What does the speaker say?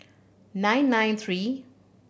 nine nine three